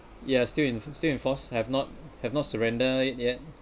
yeah still in still in force have not have not surrendered it yet